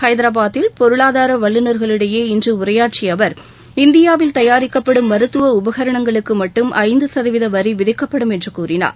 ஹைதராபாத்தில் பொருளாதார வல்லுநர்களிடையே இன்று உரையாற்றிய அவர் இந்தியாவில் தயாரிக்கப்படும் மருத்துவ உபகரணங்களுக்கு மட்டும் ஐந்து சதவீத வரி விதிக்கப்படும் என்று கூறினார்